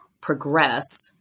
progress